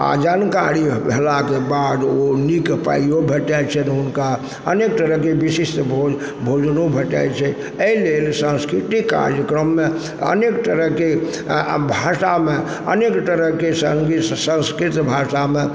आओर जानकारी भेलाके बाद ओ नीक पाइयो भेटय छन्हि हुनका अनेक तरहके विशिष्ट भोज भोजनो भेटै छै अइ लेल सांस्कृतिक कार्यक्रममे अनेक तरहके भाषामे अनेक तरहके सङ्गीत संस्कृत भाषामे